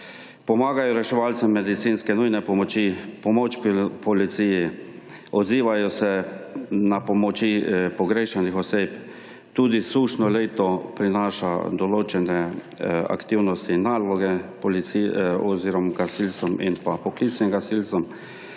Pomagajo reševalcem medicinske nujne pomoči, pomoč pri policiji, odzivajo se na pomoči pogrešanih oseb. Tudi sušno leto prinaša določene aktivnosti in naloge gasilcem in poklicnim gasilcem.